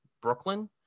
brooklyn